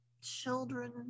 children